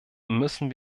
müssen